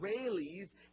israelis